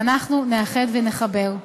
ואנחנו נאחד ונחבר.